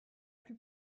plus